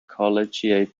collegiate